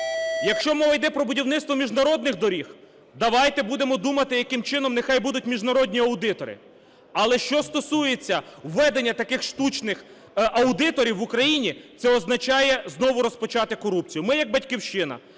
Якщо мова йде про будівництво міжнародних доріг, давайте будемо думати, яким чином, нехай будуть міжнародні аудитори. Але що стосується введення таких штучних аудиторів в Україні, це означає, знову розпочати корупцію. Ми як "Батьківщина"